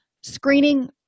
Screening